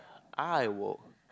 I will